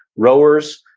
rowers,